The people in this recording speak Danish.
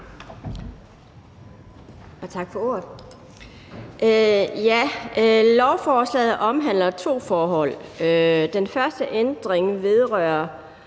Tak for ordet. Lovforslaget omhandler to forhold. Den første ændring vedrører